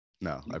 No